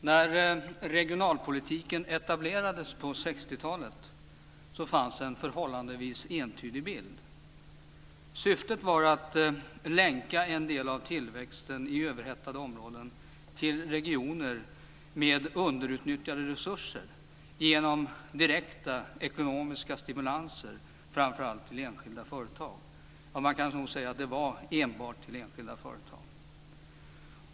Herr talman! När regionalpolitiken etablerades på 60-talet fanns det en förhållandevis entydig bild. Syftet var att länka en del av tillväxten i överhettade områden till regioner med underutnyttjade resurser genom direkta ekonomiska stimulanser framför allt till enskilda företag - ja, man kan nog säga att det var enbart till enskilda företag.